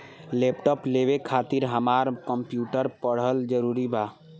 Laptop लेवे खातिर हमरा कम्प्युटर पढ़ल जरूरी बा?